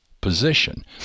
position